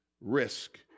risk